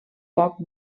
poc